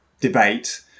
debate